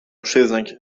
przyznać